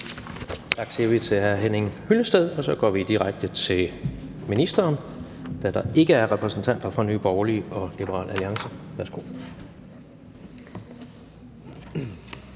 Tak siger vi til hr. Henning Hyllested, og så går vi direkte til ministeren, da der ikke er repræsentanter fra Nye Borgerlige og Liberal Alliance. Værsgo.